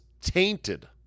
tainted